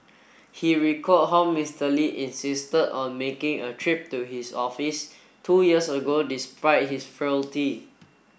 he recalled how Mister Lee insisted on making a trip to his office two years ago despite his